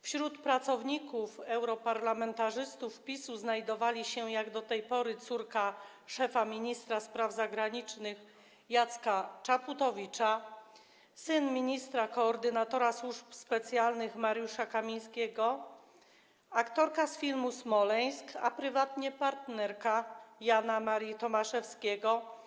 Wśród pracowników europarlamentarzystów PiS-u znajdowali się jak do tej pory: córka szefa Ministerstwa Spraw Zagranicznych Jacka Czaputowicza, syn ministra koordynatora służb specjalnych Mariusza Kamińskiego, aktorka z filmu „Smoleńsk”, a prywatnie partnerka Jana Marii Tomaszewskiego.